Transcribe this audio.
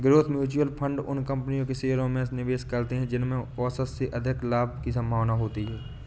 growth mutual fund उन कंपनियों के शेयरों में निवेश करते हैं जिनमें औसत से अधिक लाभ की संभावना होती है